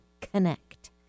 Connect